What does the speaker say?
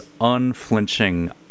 unflinching